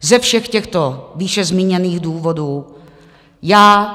Ze všech těchto výše zmíněných důvodů já...